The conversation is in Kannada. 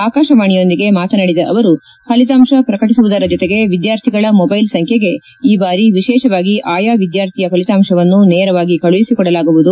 ಆಕಾಶವಾಣಿಯೊಂದಿಗೆ ಮಾತನಾಡಿದ ಅವರು ಫಲಿತಾಂಶ ಪ್ರಕಟಿಸುವುದರ ಜೊತೆಗೆ ವಿದ್ಯಾರ್ಥಿಗಳ ಮೊದ್ದೆಲ್ ಸಂಖ್ಲೆಗೆ ಈ ಬಾರಿ ವಿಶೇಷವಾಗಿ ಆಯಾ ವಿದ್ಯಾರ್ಥಿಯ ಫಲಿತಾಂಶವನ್ನು ನೇರವಾಗಿ ಕಳುಹಿಸಿಕೊಡಲಾಗುವುದು